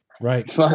Right